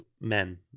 men